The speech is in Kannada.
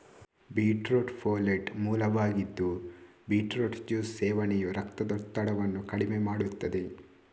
ಬೀಟ್ರೂಟ್ ಫೋಲೆಟ್ ಮೂಲವಾಗಿದ್ದು ಬೀಟ್ರೂಟ್ ಜ್ಯೂಸ್ ಸೇವನೆಯು ರಕ್ತದೊತ್ತಡವನ್ನು ಕಡಿಮೆ ಮಾಡುತ್ತದೆ